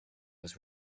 was